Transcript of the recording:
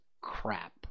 crap